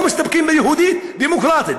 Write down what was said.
לא מסתפקים ביהודית, דמוקרטית.